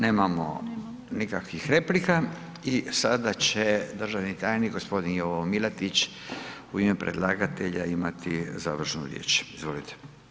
Nemamo nikakvih replika i sada će državni tajnik, g. Ivo Milatić u ime predlagatelja imati završnu riječ, izvolite.